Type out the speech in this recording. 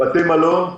בתי מלון,